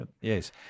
Yes